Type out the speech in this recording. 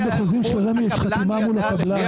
גם בחוזים של רמ"י יש חתימה מול הקבלן.